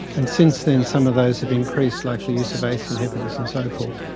and since then some of those have increased, like the use of ace inhibitors and so forth.